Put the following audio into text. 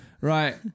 Right